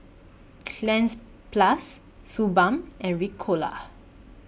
Cleanz Plus Suu Balm and Ricola